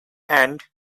and